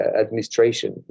administration